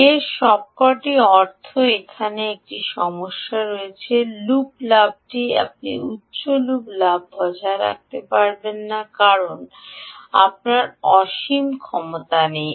এর সবকটির অর্থ এখানে একটি সমস্যা রয়েছে যে লুপ লাভটি আপনি উচ্চ লুপ লাভ বজায় রাখতে পারবেন না কারণ আপনার অসীম নেই